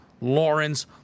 Lawrence